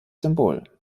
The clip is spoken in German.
symbol